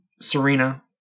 Serena